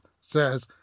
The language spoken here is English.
says